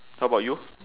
how about you